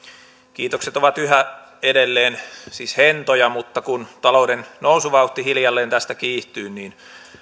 kiitokset ovat yhä edelleen siis hentoja mutta kun talouden nousuvauhti hiljalleen tästä kiihtyy niin